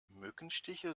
mückenstiche